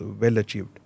well-achieved